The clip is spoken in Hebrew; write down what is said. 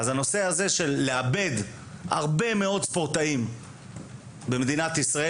אז הנושא הזה של לאבד הרבה מאוד ספורטאים במדינת ישראל,